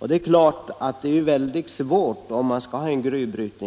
Det är klart att det är mycket svårt att göra en sådan beräkning.